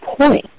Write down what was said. point